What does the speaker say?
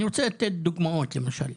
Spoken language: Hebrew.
אני רוצה לתת דוגמאות למשל.